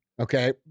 okay